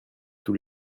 tous